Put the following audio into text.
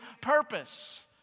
purpose